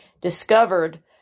discovered